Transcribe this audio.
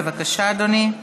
בבקשה, אדוני.